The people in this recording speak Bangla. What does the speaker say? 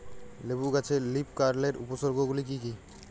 লেবু গাছে লীফকার্লের উপসর্গ গুলি কি কী?